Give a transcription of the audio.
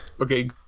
Okay